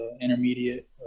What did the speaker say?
intermediate